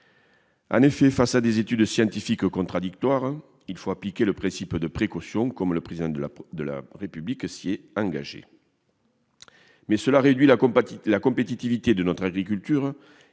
En effet, face à des études scientifiques contradictoires, il faut appliquer le principe de précaution, comme le Président de la République s'y est engagé. La mise en oeuvre de ce principe réduit néanmoins la compétitivité de notre agriculture